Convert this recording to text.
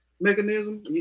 mechanism